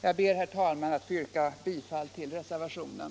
Jag ber att få yrka bifall till reservationen.